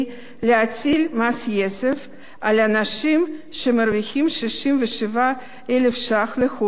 מס יסף על אנשים שמרוויחים 67,000 ש"ח לחודש ויותר,